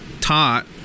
taught